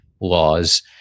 laws